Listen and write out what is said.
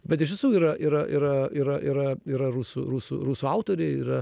bet iš tiesų yra yra yra yra yra yra rusų rusų rusų autoriai yra